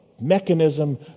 mechanism